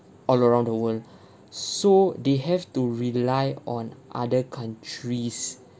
all around the world so they have to rely on other countries